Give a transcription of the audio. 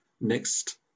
next